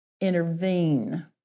intervene